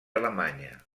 alemanya